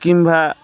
କିମ୍ବା